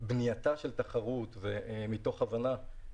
שקבועה בסעיף 253 (ב) היא הוראה שפוטרת